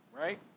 right